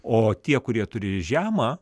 o tie kurie turi žemą